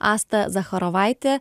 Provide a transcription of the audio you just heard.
asta zacharovaitė